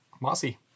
Mossy